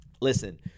listen